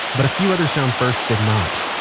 but a few other sound firsts did not.